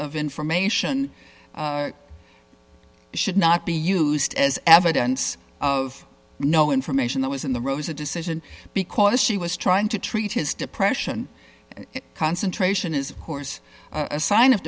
of information should not be used as evidence of no information that was in the rose a decision because she was trying to treat his depression concentration is course a sign of